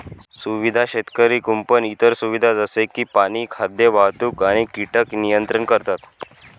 सुविधा शेतकरी कुंपण इतर सुविधा जसे की पाणी, खाद्य, वाहतूक आणि कीटक नियंत्रण करतात